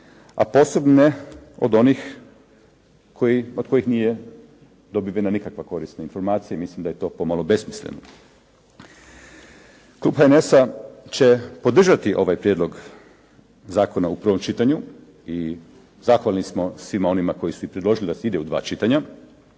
a posebno ne od onih od kojih nije dobivena nikakva korisna informacija. Mislim da je to pomalo besmisleno. Klub HNS-a će podržati ovaj prijedlog zakona u prvom čitanju i zahvalni smo svima onima koji su i predložili da se ide u dva čitanja,